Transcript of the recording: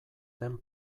den